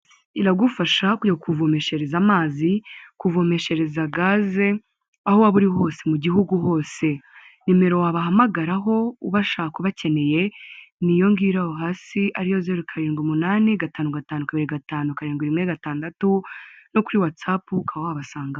Iragufasha kujya kukuvomeshereza amazi, kuvomeshereza gaze, aho waba uri hose mu gihugu hose, nimero wabahamagaraho ubashaka ubakeneye ni iyo ngiyo iraho hasi ariyo zeru karindwi umunani gatanu gatanu ka gatanu kabiri gatanu karindwi rimwe gatandatu no kuri watsapu ukaba wabasangaho.